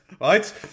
Right